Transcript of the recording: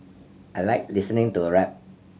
I like listening to rap